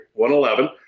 111